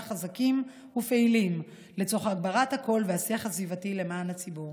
חזקים ופעילים לצורך הגברת הקול והשיח הסביבתי למען הציבור.